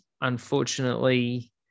unfortunately